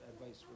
advice